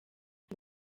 ngo